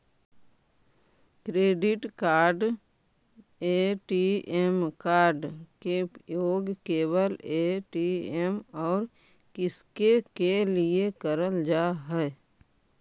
Credit card ATM card के उपयोग केवल ए.टी.एम और किसके के लिए करल जा है?